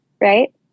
Right